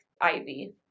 Ivy